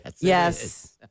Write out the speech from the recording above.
Yes